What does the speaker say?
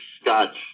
scotch